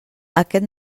aquest